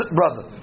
brother